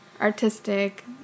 artistic